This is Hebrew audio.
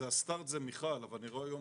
עשתה את זה מיכל אבל אני רואה היום